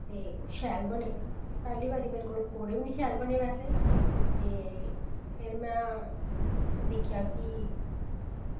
ते ओह् शैल बने पैह्ली बारी ते मेरे कोल पकौड़े बी शैल निं बने बैसे ते फिर में दिक्खेआ की